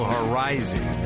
Horizon